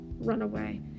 runaway